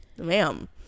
ma'am